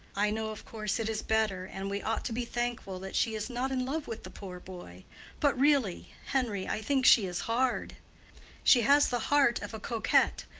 i know of course it is better, and we ought to be thankful that she is not in love with the poor boy but really. henry, i think she is hard she has the heart of a coquette.